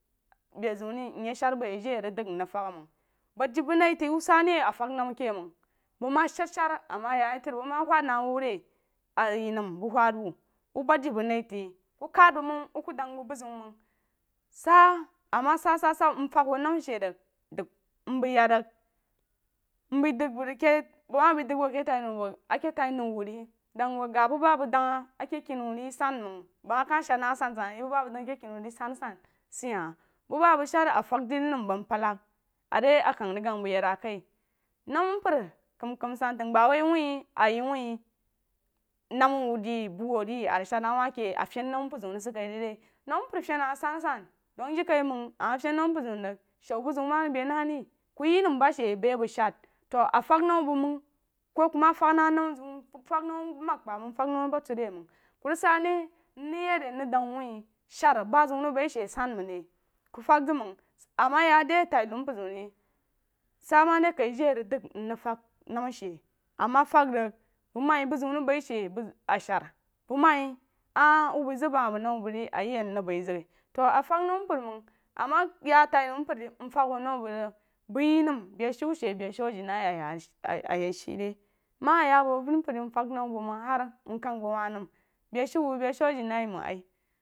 A be zeun ri de a rig dəng mrig sad məng bad de bəng naí feí wuh sa ne a fəng nama ke məng bəng sedser ama ya ye tri bəng ma wad na wuh re a ye nəm bəng rig wad de na wuh, wuh bad de bəng naí teí wku kad bəng məng ukn dəng bəng ye bu zeun məng sa ama sasasa mfəng wuh nəma she rig amdəg mbəi yek rig mbəi dəng kei bəng ma bəi dəng ɓng rig bəng ma bəi dəjg wuh rig ke tai nou ri dau gabuba bəng dəng a ke keni wun ri sanməng bəng ma ka sad na asansan a ye bu ba abəng dəng ke keni wuh ri sanasan seh huh bu ba bəng serí a fəng de nəm a bampalag a rí a kag rig gane bəiyed rn kai nama mpər kam kam san tag ba woi wuh a ye wuh nam yu de bu bvou ri a fəng nam mpər zeun rig sed kai rí re nam mpər feni hah sansan dəng jerikaiməng ama feni nama mpər zeun rig shou bu zeun mo rig ku ring ye nem ba she bəi a bəng sham to a fəng nama bəng məng mfəng nama baturi məng ku rig sa ne mye ri mrig dəng wu wuh ser ba zeun rig bəi she sanməng ni ku fəg zeg məng ama ya be tai nou mpər zeur ri sa ma ri kai jei a dəng mrig fəng mama she ama vig bəng ma ye bu zeun rig bai seí bong a ser bang ma ye ai wuh bəi zəng ba hah bəng nama bəng ri a ye ya mrig bəi zeh ti a fəng nəng mpər məng ama ya tai non mpər mm fəng bduh name bəng rig bəng ye nəm be shu she beshu a jinain a a yak yak shii rí məng ya bo avəri mpər mfəng name bəng məng har mkəng bəng wah nəm beshu wuh beshu a jina məng